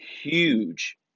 huge